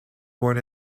born